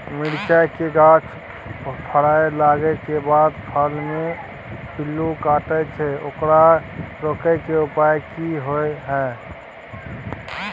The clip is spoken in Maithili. मिरचाय के गाछ फरय लागे के बाद फल में पिल्लू काटे छै ओकरा रोके के उपाय कि होय है?